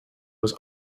was